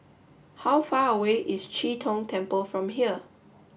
how far away is Chee Tong Temple from here